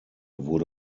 wurde